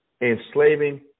enslaving